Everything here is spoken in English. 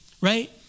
Right